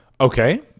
Okay